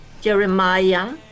Jeremiah